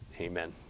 Amen